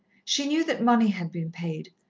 she knew that money had been paid,